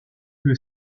que